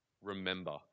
remember